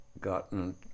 gotten